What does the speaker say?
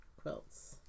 quilts